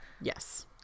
yes